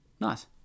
Nice